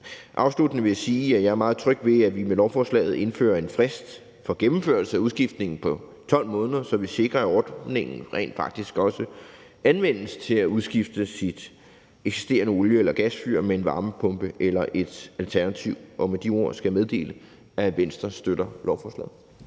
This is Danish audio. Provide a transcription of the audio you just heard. Afsluttende vil jeg sige, at jeg er meget tryg ved, at vi med lovforslaget indfører en frist for gennemførelse af udskiftningen på 12 måneder, så vi sikrer, at ordningen rent faktisk også anvendes til at udskifte ens eksisterende olie- eller gasfyr med en varmepumpe eller et alternativ. Med de ord skal jeg meddele, at Venstre støtter lovforslaget.